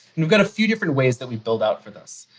you've got a few different ways that we build out for this.